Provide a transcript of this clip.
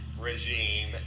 regime